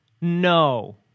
No